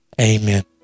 Amen